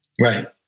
Right